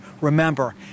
Remember